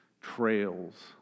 trails